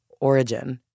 origin